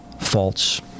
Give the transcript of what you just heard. faults